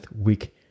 Week